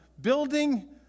building